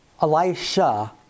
Elisha